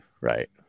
right